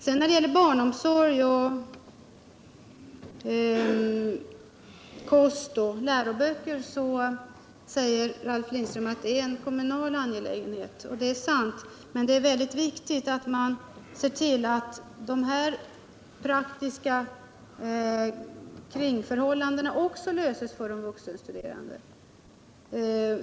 Sedan säger Ralf Lindström att barnomsorg, kost och läroböcker är kommunala angelägenheter. Ja, det är sant. Men det är mycket viktigt att också de praktiska kringförhållandena löses för de vuxenstuderande.